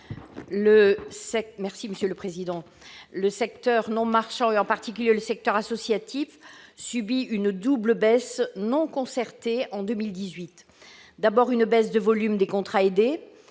Le secteur non marchand, en particulier le secteur associatif, subit une double baisse non concertée en 2018. Elle subit notamment une baisse du volume de contrats aidés,